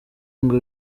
ngo